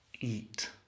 eat